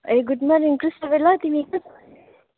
ए good morning Krishnabela तिमी काँ छौ